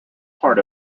part